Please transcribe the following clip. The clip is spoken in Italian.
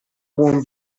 buon